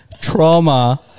trauma